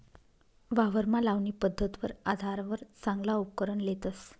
वावरमा लावणी पध्दतवर आधारवर चांगला उपकरण लेतस